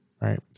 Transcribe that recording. right